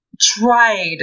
tried